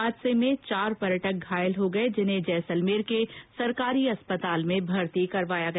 हादसे में चार पर्यटक घायल हो गये जिन्हें जैसलमेर के सरकारी अस्पताल में भर्ती कराया गया